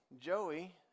Joey